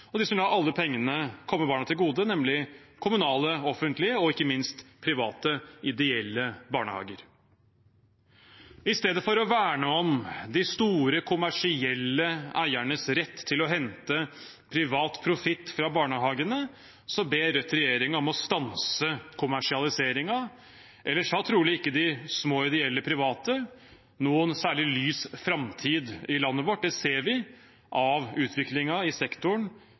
og dem som lar alle pengene komme barna til gode, nemlig kommunale offentlige barnehager og ikke minst private ideelle barnehager. I stedet for å verne om de store, kommersielle eiernes rett til å hente privat profitt fra barnehagene, ber Rødt regjeringen om å stanse kommersialiseringen, ellers har trolig ikke de små, ideelle private noen særlig lys framtid i landet vårt. Det ser vi av utviklingen i sektoren